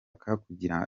kugira